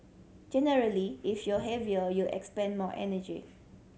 generally if you're heavier you expend more energy